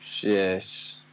yes